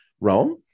Rome